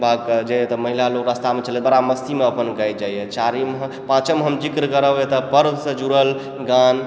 कऽ जे एतऽ महिला लोग रस्तामे चलैत बड़ा मस्तीमे अपन गबैत जाइए चारिम हम पाँचम हम जिक्र करब एतऽ पर्वसँ जुड़ल गान